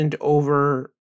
over